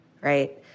right